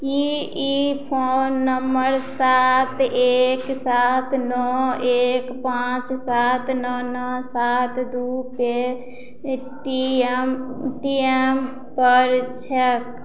की ई phone number सात एक सात नओ एक पाँच सात नओ नओ सात दू पेटीएम पर छैक